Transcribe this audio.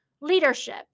Leadership